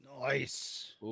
Nice